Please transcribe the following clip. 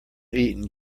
eaten